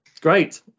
Great